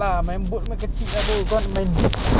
aku tak tahu nak apa kau nak bawa pokok pisang jer bro senang